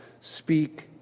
Speak